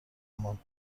ماند